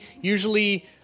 usually